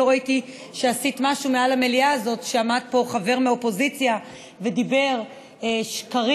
לא ראיתי שעשית משהו במליאה הזאת כשעמד פה חבר מהאופוזיציה ודיבר שקרים,